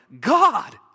God